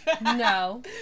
No